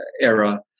era